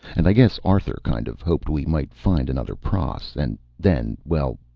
and i guess arthur kind of hoped we might find another pross. and then well,